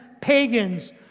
pagans